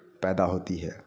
पैदा होती है